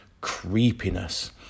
creepiness